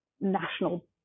national